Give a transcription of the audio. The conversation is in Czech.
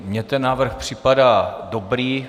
Mně ten návrh připadá dobrý.